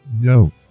no